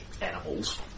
animals